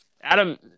Adam